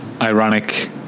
ironic